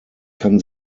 kann